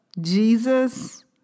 Jesus